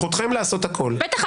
בטח,